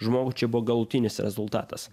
žmogų čia buvo galutinis rezultatas